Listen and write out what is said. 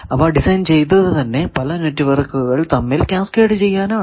അവ ഡിസൈൻ ചെയ്തത് തന്നെ പല നെറ്റ്വർക്കുകൾ തമ്മിൽ കാസ്കേഡ് ചെയ്യാനാണ്